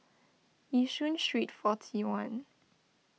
Yishun Street forty one